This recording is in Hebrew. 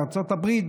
בארצות הברית,